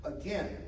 again